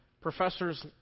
professor's